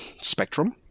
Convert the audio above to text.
spectrum